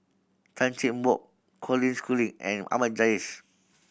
Tan Cheng Bock Colin Schooling and Ahmad Jais